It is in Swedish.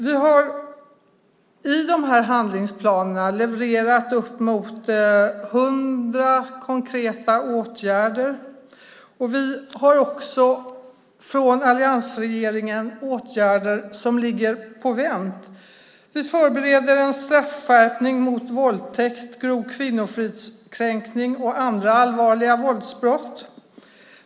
Vi har i de här handlingsplanerna levererat uppemot 100 konkreta åtgärder. Vi har också från alliansregeringen åtgärder som ligger på vänt. Vi förbereder en straffskärpning mot våldtäkt, grov kvinnofridskränkning och andra allvarliga våldsbrott.